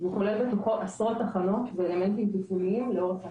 והוא כולל בתוכו עשרות תחנות ואלמנטים תפעוליים לאורך הפרויקט.